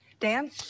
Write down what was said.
Dan